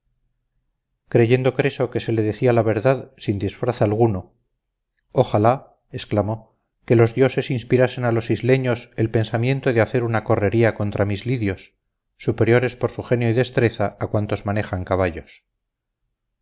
creyendo creso que se le decía la verdad sin disfraz alguno ojalá exclamó que los dioses inspirasen a los isleños el pensamiento de hacer una correría contra mis lidyos superiores por su genio y destreza a cuantos manejan caballos